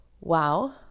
wow